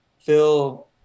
Phil